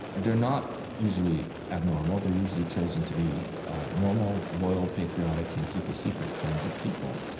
they're not usually abnormal. they're usually chosen to be normal, loyal, patriotic, can-keep-a-secret kinds of people.